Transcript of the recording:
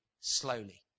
slowly